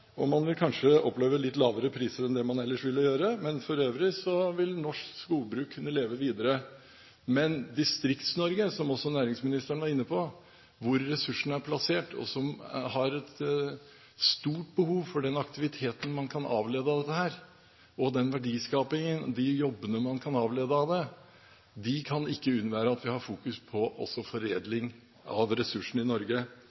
og man vil kanskje oppleve litt lavere priser enn det man ellers ville gjort. For øvrig vil norsk skogbruk kunne leve videre. Distrikts-Norge, som også næringsministeren var inne på, hvor ressursene er plassert og hvor man har et stort behov for den aktiviteten man kan avlede av dette, verdiskapingen og jobbene, kan ikke unnvære at vi fokuserer på også foredling av ressursene i Norge.